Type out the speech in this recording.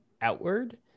outward